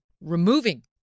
removing